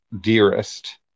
dearest